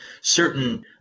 certain